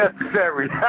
necessary